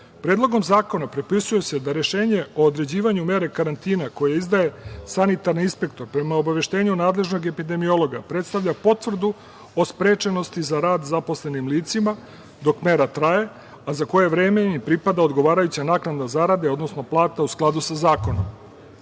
infekcija. Predlogom zakona propisuje se da rešenje o određivanju mere karantina, koje izdaje sanitarni inspektor prema obaveštenju nadležnog epidemiologa, predstavlja potvrdu o sprečenosti za rad zaposlenim licima dok mera traje, a za koje vreme im pripada odgovarajuća naknada zarade, odnosno plata u skladu sa zakonom. Uvodi